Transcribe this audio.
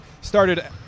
started